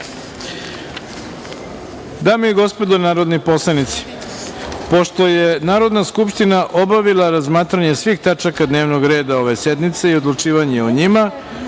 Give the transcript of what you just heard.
i gospodo narodni poslanici, pošto je Narodna skupština obavila razmatranje svih tačaka dnevnog reda ove sednice i odlučivanje o njima,